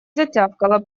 затявкала